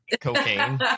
cocaine